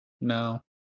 No